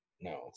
No